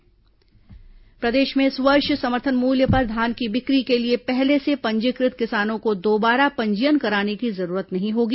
किसान पंजीयन प्रदेश में इस वर्ष समर्थन मूल्य पर धान की बिक्री के लिए पहले से पंजीकृत किसानों को दोबारा पंजीयन कराने की जरूरत नहीं होगी